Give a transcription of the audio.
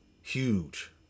Huge